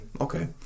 Okay